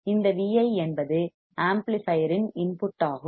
இந்த Vi என்பது amplifier இன் இன்புட்டாகும்